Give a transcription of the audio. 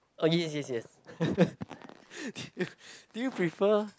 oh yes yes yes do you do you prefer